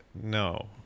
No